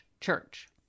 church